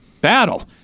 battle